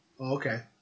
Okay